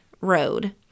road